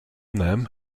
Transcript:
them